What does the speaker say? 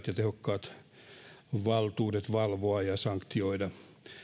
ja tehokkaat valtuudet valvoa ja sanktioida